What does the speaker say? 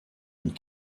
and